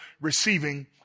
receiving